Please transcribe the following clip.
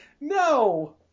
No